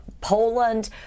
Poland